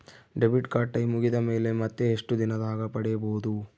Debit card time ಮುಗಿದ ಮೇಲೆ ಮತ್ತೆ ಎಷ್ಟು ದಿನದಾಗ ಪಡೇಬೋದು?